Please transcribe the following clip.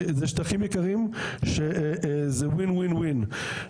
אלו שטחים יקרים שזה win win win,